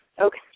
Okay